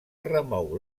remou